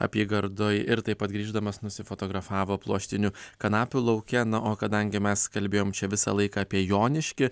apygardoj ir taip grįždamas nusifotografavo pluoštinių kanapių lauke na o kadangi mes kalbėjom čia visą laiką apie joniškį